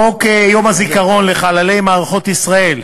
חוק יום הזיכרון לחללי מערכות ישראל,